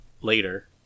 later